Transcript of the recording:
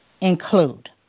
include